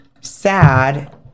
sad